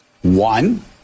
One